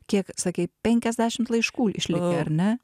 kiek sakei penkiasdešim laiškų išlikę ar ne